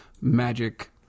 magic